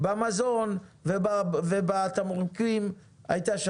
במזון ובתמרוקים, היו.